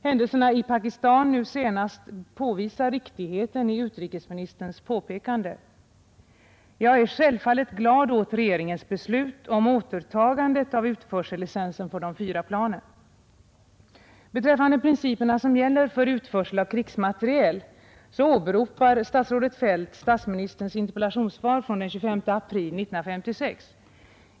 Händelserna i Pakistan nu senast påvisar riktigheten i utrikesministerns påpekande. Jag är självfallet glad åt regeringens beslut om återtagande av utförsellicens för de fyra planen. Beträffande de principer som gäller för utförsel av krigsmateriel åberopar statsrådet Feldt statsministerns interpellationssvar från den 25 april 1956.